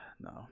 No